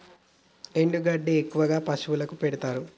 ఎండు గడ్డి ఎక్కువగా పశువులకు పెడుతారు